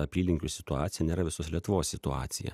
apylinkių situacija nėra visos lietuvos situacija